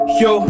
yo